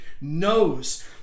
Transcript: knows